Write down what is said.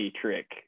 trick